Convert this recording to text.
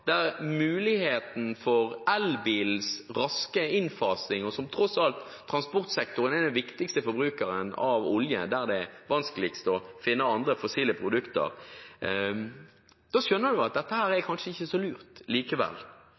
der prisene på fornybar energi raser, der muligheten for elbilens raske innfasing – transportsektoren er tross alt den viktigste forbrukeren av olje, og der det er vanskeligst å finne andre fossile produkter kanskje ikke er så lurt likevel.